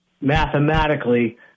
mathematically